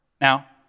Now